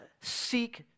seek